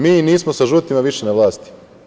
Mi nismo sa žutima više na vlasti.